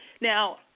Now